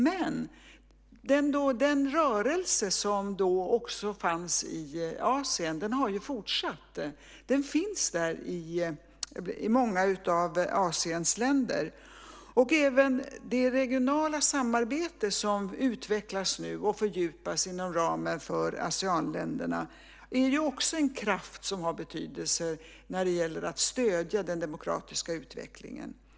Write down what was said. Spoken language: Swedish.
Men den rörelse som då också fanns i Asien har fortsatt. Den finns där i många av Asiens länder. Även det regionala samarbete som utvecklas nu och fördjupas inom ramen för Aseanländerna är en kraft som har betydelse när det gäller att stödja den demokratiska utvecklingen.